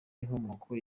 n’inkomoko